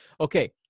Okay